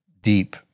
deep